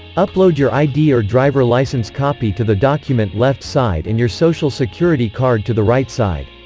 upload your id or driver licence copy to the document left side and your social security card to the right side.